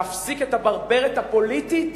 להפסיק את הברברת הפוליטית